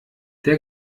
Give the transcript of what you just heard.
der